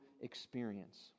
experience